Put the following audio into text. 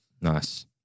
nice